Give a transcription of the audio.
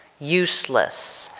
useless,